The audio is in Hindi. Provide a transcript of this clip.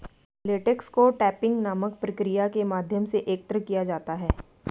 लेटेक्स को टैपिंग नामक प्रक्रिया के माध्यम से एकत्र किया जाता है